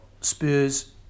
Spurs